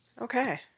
Okay